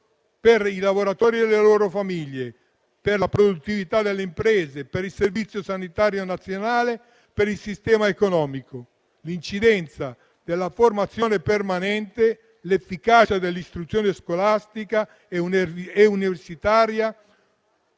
per i lavoratori e le loro famiglie, per la produttività delle imprese, per il Servizio sanitario nazionale e per il sistema economico; l'incidenza della formazione permanente, l'efficacia dell'istruzione scolastica e universitaria